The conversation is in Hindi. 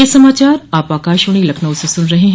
ब्रे क यह समाचार आप आकाशवाणी लखनऊ से सून रहे हैं